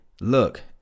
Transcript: look